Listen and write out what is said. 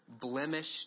blemished